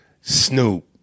Snoop